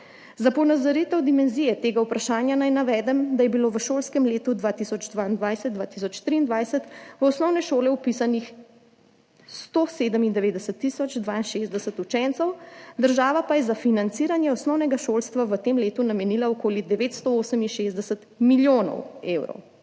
Za ponazoritev dimenzije tega vprašanja naj navedem, da je bilo v šolskem letu 2022/2023 v osnovne šole vpisanih 197 tisoč 62 učencev, država pa je za financiranje osnovnega šolstva v tem letu namenila okoli 968 milijonov evrov.